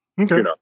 Okay